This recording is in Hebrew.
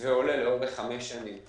במתווה עולה לאורך חמש שנים.